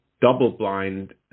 double-blind